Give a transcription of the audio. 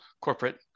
corporate